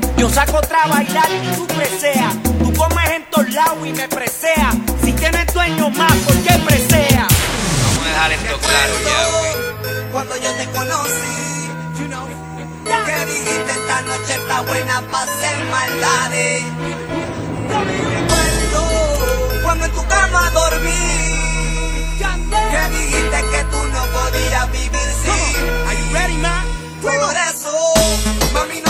Yo saco otra bailar y tú preseas. Tú comes en todos lados y me preseas. Si tienes dueño más, ¿por qué preseas? Vamos a dejar esto claro ya, ok. Recuerdo cuando yo te conocí. You know. Ya. Que dijiste, "Esta noche está buena pa' hacer maldades". Yo me recuerdo cuando en tu cama dormí. Ya sé. Que dijiste que tú no podías vivir Come on. sin Are you ready, Ma? tu Come on. abrazo. Mami,